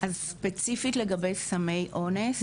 אז ספציפית לגבי סמי אונס,